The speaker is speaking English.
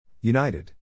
United